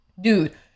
dude